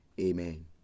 Amen